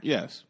Yes